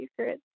secret